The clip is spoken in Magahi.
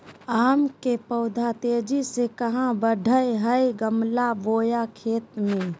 आम के पौधा तेजी से कहा बढ़य हैय गमला बोया खेत मे?